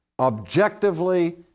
objectively